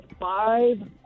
five